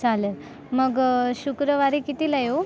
चालेल मग शुक्रवारी कितीला येऊ